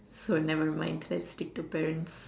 so nevermind let's stick to parents